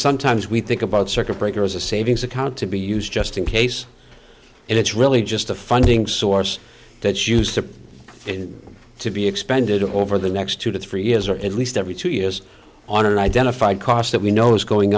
sometimes we think about circuit breaker as a savings account to be used just in case and it's really just the funding source that used to be expended over the next two to three years or at least every two years on an identified cost that we know is going